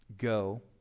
go